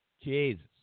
Jesus